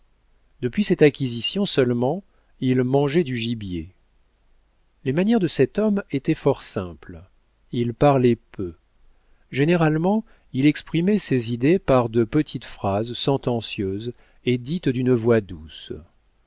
depuis cette acquisition seulement il mangeait du gibier les manières de cet homme étaient fort simples il parlait peu généralement il exprimait ses idées par de petites phrases sentencieuses et dites d'une voix douce